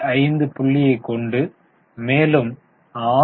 5 புள்ளியை கொண்டு மேலும் 6